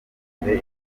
santere